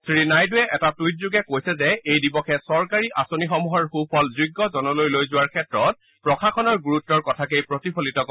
শ্ৰীনাইডুৱে এটা টুইটযোগে কৈছে যে এই দিৱসে চৰকাৰী আঁচনিসমূহৰ সুফল যোগ্য জনলৈ লৈ যোৱাৰ ক্ষেত্ৰত প্ৰশাসনৰ গুৰুত্বৰ কথাকেই প্ৰতিফলিত কৰে